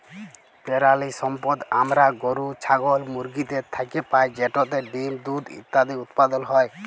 পেরালিসম্পদ আমরা গরু, ছাগল, মুরগিদের থ্যাইকে পাই যেটতে ডিম, দুহুদ ইত্যাদি উৎপাদল হ্যয়